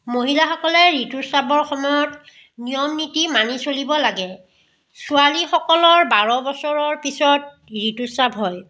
মহিলাসকলে ঋতুস্ৰাৱৰ সময়ত নিয়ম নীতি মানি চলিব লাগে ছোৱালীসকলৰ বাৰ বছৰৰ পিছত ঋতুস্ৰাৱ হয়